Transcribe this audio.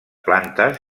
plantes